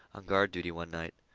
on guard duty one night,